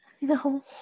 no